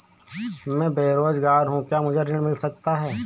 मैं बेरोजगार हूँ क्या मुझे ऋण मिल सकता है?